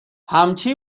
همچی